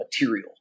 material